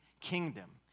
kingdom